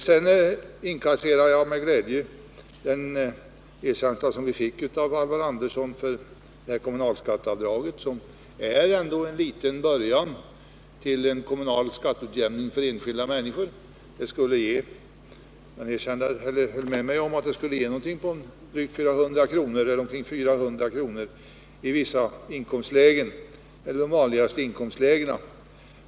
Sedan inkasserar jag med glädje den erkänsla som Alvar Andersson gav förslaget om kommunalskatteavdraget, vilket ändå är en liten början till en kommunal skatteutjämning för enskilda människor. Han håller med mig om att ett kommunalt skatteavdrag skulle ge 400 kr. i de vanligaste inkomstlägena.